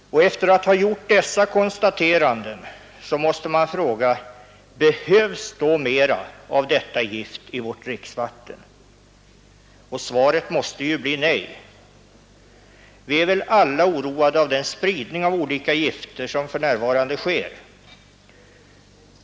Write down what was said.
Efter att ha gjort dessa konstateranden vill jag fråga: Behövs då mera av detta gift i vårt dricksvatten? Svaret måste ju bli nej. Vi är väl alla oroade av den spridning av olika gifter som för närvarande sker.